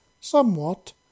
Somewhat